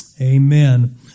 amen